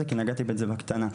כי נגעתי בו בקטנה.